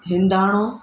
हिंदाणो